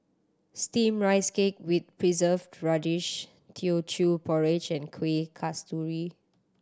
Steamed Rice Cake with Preserved Radish Teochew Porridge and Kuih Kasturi